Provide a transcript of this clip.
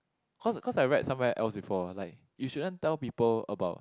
cause cause I read somewhere else before like you shouldn't tell people about